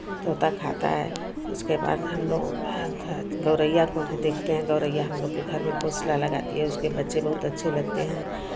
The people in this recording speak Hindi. तोता खाता है उसके बाद हमलोग गोरैया को भी देखते हैं गोरैया हमलोग के घर में घोंसला लगाती है उसके बच्चे बहुत अच्छे लगते हैं